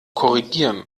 korrigieren